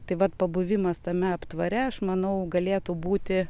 tai vat pabuvimas tame aptvare aš manau galėtų būti